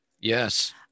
yes